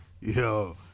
Yo